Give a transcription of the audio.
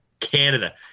Canada